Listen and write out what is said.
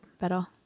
better